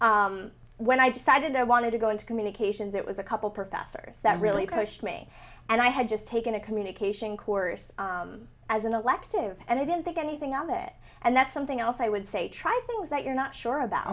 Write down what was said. mentors when i decided i wanted to go into communications it was a couple professors that really pushed me and i had just taken a communication course as an elective and i didn't think anything of it and that's something else i would say try things that you're not sure about